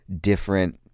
different